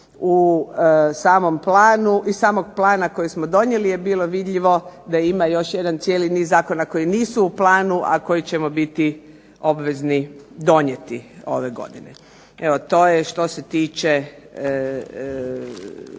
to raspravljali, iz samog plana koji smo donijeli je bilo vidljivo da ima još čitav niz zakona koji nisu u planu a koji ćemo biti obvezni donijeti ove godine. Evo, to je što se tiče